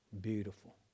beautiful